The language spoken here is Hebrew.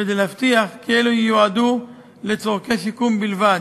כדי להבטיח כי אלה ייועדו לצורכי שיקום בלבד.